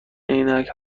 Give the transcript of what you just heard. عینک